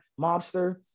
mobster